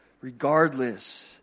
Regardless